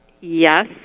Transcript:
yes